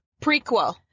Prequel